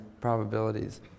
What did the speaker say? probabilities